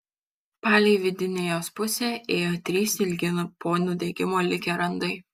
palei vidinę jos pusę ėjo trys ilgi po nudegimo likę randai